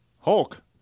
Hulk